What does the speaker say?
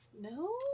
No